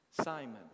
Simon